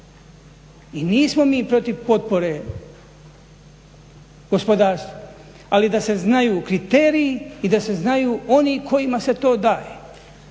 I nismo mi protiv potpore gospodarstvu, ali da se znaju kriteriji i da se znaju oni kojima se to daje